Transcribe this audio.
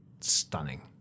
stunning